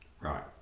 Right